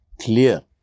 clear